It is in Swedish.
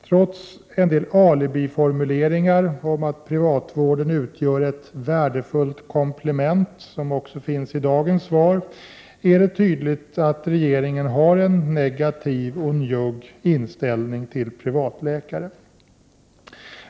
Trots en del alibiformuleringar om att privat vård utgör ett värdefullt komplement, som också finns med i dagens svar, är det tydligt att regeringen har en negativ och njugg inställning till privatläkare.